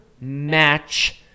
match